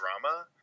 drama